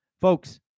Folks